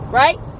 right